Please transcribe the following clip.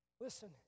Listen